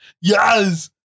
Yes